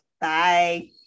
Bye